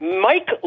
Mike